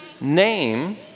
name